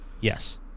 Yes